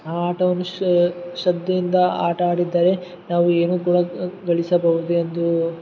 ಆ ಆಟವನ್ನು ಶ್ರದ್ದೆಯಿಂದ ಆಟ ಆಡಿದ್ದರೆ ನಾವು ಏನು ಕೂಡ ಗಳಿಸಬಹುದು ಎಂದು